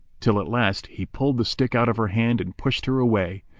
till at last he pulled the stick out of her hand and pushed her away.